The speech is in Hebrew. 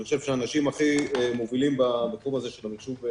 אני חושב שאנשים הכי מובילים בתחום הזה של המחשוב,